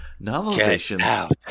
Novelizations